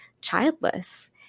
childless